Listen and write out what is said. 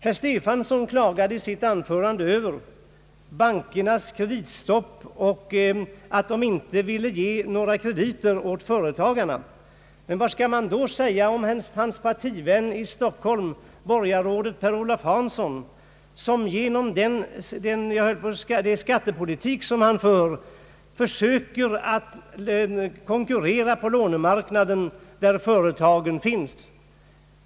Herr Stefanson klagade i sitt anförande över bankernas kreditstopp och att de inte ville ge några krediter åt företagarna. Men vad skall man då säga om hans partivän i Stockholm, borgarrådet Per-Olof Hanson, som genom sin skattepolitik försöker konkurrera på lånemarknaden där företagen finns.